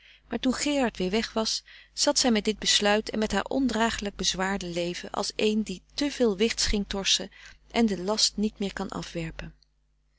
maar toen gerard weer weg was zat zij met dit besluit en met haar ondragelijk bezwaarde leven frederik van eeden van de koele meren des doods als een die te veel wichts ging torschen en den last niet meer kan afwerpen